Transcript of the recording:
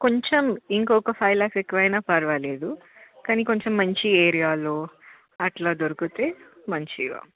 కొంచం ఇంకొక ఫైవ్ ల్యాక్స్ ఎక్కువ అయిన పర్వాలేదు కానీ కొంచం మంచి ఏరియాలో అట్లా దొరికితే మంచిగా